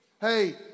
Hey